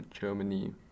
germany